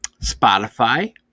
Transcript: Spotify